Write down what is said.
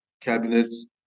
cabinets